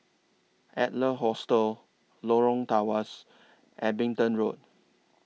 Adler Hostel Lorong Tawas Abingdon Road